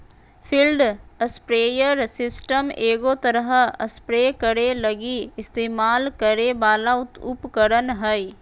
field sprayer system एगो तरह spray करे लगी इस्तेमाल करे वाला उपकरण हइ